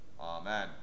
Amen